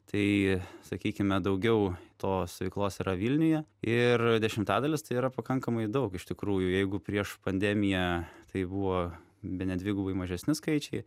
tai sakykime daugiau tos veiklos yra vilniuje ir dešimtadalis tai yra pakankamai daug iš tikrųjų jeigu prieš pandemiją tai buvo bene dvigubai mažesni skaičiai